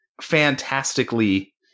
fantastically